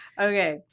Okay